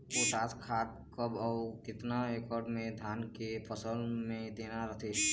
Potash खाद कब अऊ केतना एकड़ मे धान के फसल मे देना रथे?